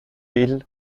hill